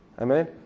Amen